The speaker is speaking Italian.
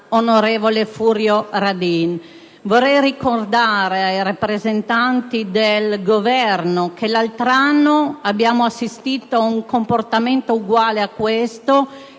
onorevole Furio Radin. Vorrei ricordare ai rappresentanti del Governo che lo scorso anno abbiamo assistito ad un comportamento uguale a questo,